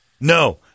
No